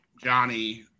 Johnny